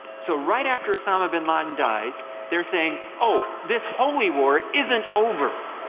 so right after osama bin laden dies they are saying, oh, this holy war isn't over,